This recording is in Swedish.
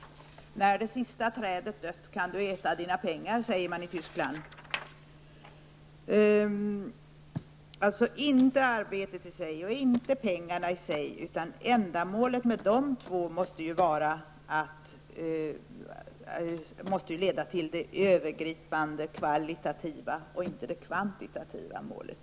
När det sista trädet dött kan du äta dina pengar, säger man i Tyskland. Det handlar inte om arbetet i sig eller pengarna i sig, utan dessa två måste leda till det övergripande kvalitativa, inte det kvantitativa, målet.